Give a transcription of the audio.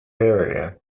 area